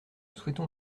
souhaitons